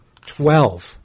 twelve